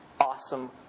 awesome